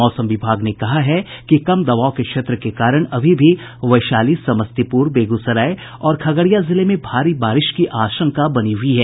मौसम विभाग ने कहा है कि कम दबाव के क्षेत्र के कारण अभी भी वैशाली समस्तीपुर बेगूसराय और खगड़िया जिले में भारी बारिश की आशंका बनी हुई है